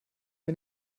mir